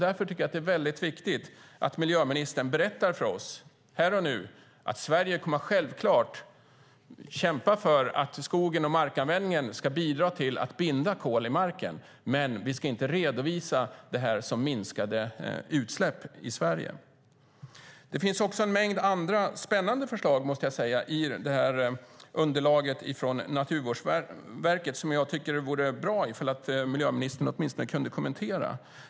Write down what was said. Därför tycker jag att det är viktigt att miljöministern berättar för oss här och nu att Sverige självklart kommer att kämpa för att skogen och markanvändningen ska bidra till att binda kol i marken. Men vi ska inte redovisa det som minskade utsläpp i Sverige. Det finns en mängd andra spännande - måste jag säga - förslag i underlaget från Naturvårdsverket. Jag tycker att det vore bra om miljöministern åtminstone kunde kommentera dem.